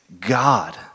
God